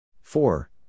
Four